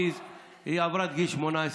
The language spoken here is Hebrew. היא עברה את גיל 18,